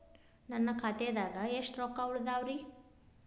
ನನ್ನ ಖಾತೆದಾಗ ಎಷ್ಟ ರೊಕ್ಕಾ ಉಳದಾವ್ರಿ?